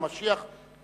למשיח?